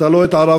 אתה לא התערבת.